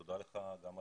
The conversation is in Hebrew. נכון.